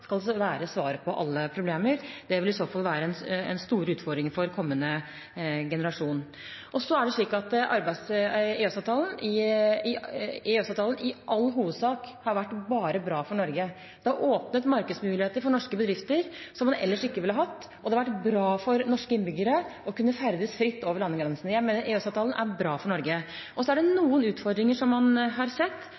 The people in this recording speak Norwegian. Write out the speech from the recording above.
skal være svaret på alle problemer – det vil i så fall være store utfordringer for kommende generasjoner. Så har EØS-avtalen i all hovedsak vært bare bra for Norge. Den har åpnet markedsmuligheter for norske bedrifter som man ellers ikke ville ha hatt, og det har vært bra for norske innbyggere å kunne ferdes fritt over landegrensene. Jeg mener EØS-avtalen er bra for Norge. Så har man sett noen utfordringer med bl.a. arbeidslivskriminalitet og useriøse arbeidsforhold. Dette er